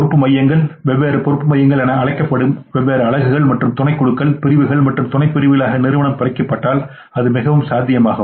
பொறுப்பு மையங்கள் வெவ்வேறு பொறுப்பு மையங்கள் என அழைக்கப்படும் வெவ்வேறு அலகுகள் மற்றும் துணைக்குழுக்கள் பிரிவுகள் மற்றும் துணைப்பிரிவுகளாக நிறுவனம் பிரிக்கப்பட்டால் அது மிகவும் சாத்தியமாகும்